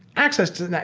access to that,